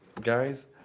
guys